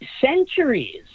centuries